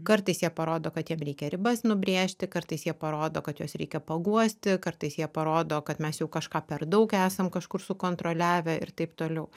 kartais jie parodo kad jiem reikia ribas nubrėžti kartais jie parodo kad juos reikia paguosti kartais jie parodo kad mes jau kažką per daug esam kažkur sukontroliavę ir taip toliau